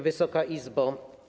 Wysoka Izbo!